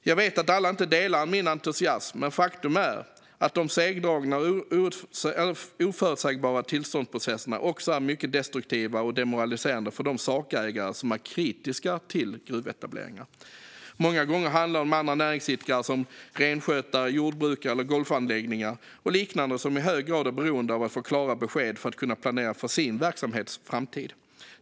Jag vet att inte alla delar min entusiasm, men faktum är att de segdragna och oförutsägbara tillståndsprocesserna också är mycket destruktiva och demoraliserande för de sakägare som är kritiska till gruvetableringar. Många gånger handlar det om andra näringsidkare, till exempel renskötare och jordbrukare. Även golfanläggningar och liknande kan i lika hög grad vara beroende av klara besked för att kunna planera för verksamhetens framtid.